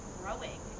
growing